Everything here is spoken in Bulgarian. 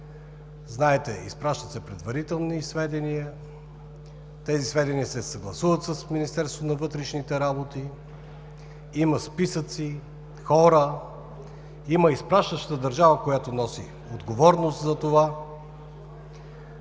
Знаете, изпращат се предварителни сведения, тези сведения се съгласуват с Министерството на вътрешните работи, има списъци, хора, има изпращаща държава, която носи отговорност за това.